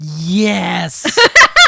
yes